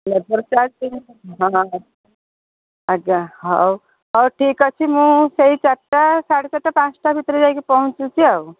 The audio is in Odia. ଲେବର୍ ଚାର୍ଜ ହଁ ଆଚ୍ଛା ହଉ ହଉ ଠିକ୍ ଅଛି ମୁଁ ସେଇ ଚାରିଟା ସାଢ଼େ ଚାରିଟା ପାଞ୍ଚଟା ଭିତରେ ଯାଇକି ପହଞ୍ଚୁଛି ଆଉ